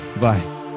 Bye